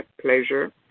pleasure